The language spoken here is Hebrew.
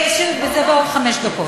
זה ועוד חמש דקות.